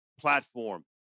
platform